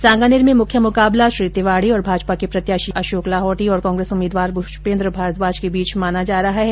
सांगानेर में मुख्य मुकाबला श्री तिवाड़ी और भाजपा के प्रत्याशी अशोक लाहौटी और कांग्रेस उम्मीदवार पुष्पेन्द्र भारद्वाज के बीच माना जा रहा हैं